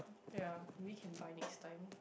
ya maybe can buy next time